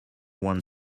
one